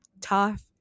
tough